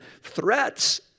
Threats